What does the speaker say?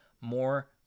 more